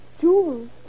jewels